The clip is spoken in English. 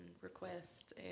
request